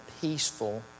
peaceful